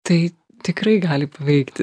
tai tikrai gali paveikti